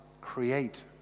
create